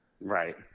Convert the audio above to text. Right